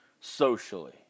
socially